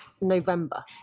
November